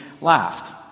laughed